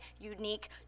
unique